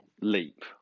leap